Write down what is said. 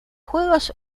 juegos